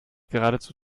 geradezu